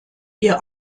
ihr